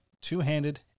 two-handed